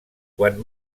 quan